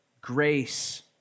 grace